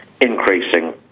increasing